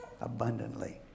Abundantly